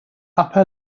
upper